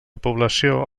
població